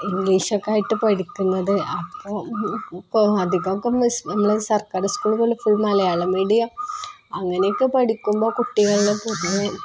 ഇംഗ്ലീഷൊക്കെയായിട്ട് പഠിക്കുന്നത് അപ്പോള് അധികമൊക്കെ നമ്മുടെ സർക്കാർ സ്കൂള് പോലെ ഫുൾ മലയാളം മീഡിയം അങ്ങനെയൊക്കെ പഠിക്കുമ്പോള് കുട്ടികളില് പൊതുവേ